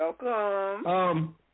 Welcome